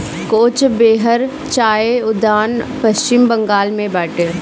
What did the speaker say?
कोच बेहर चाय उद्यान पश्चिम बंगाल में बाटे